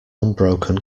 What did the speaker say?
unbroken